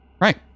right